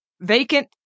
vacant